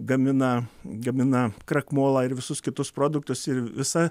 gamina gamina krakmolą ir visus kitus produktus ir visa